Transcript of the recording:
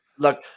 Look